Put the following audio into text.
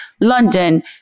London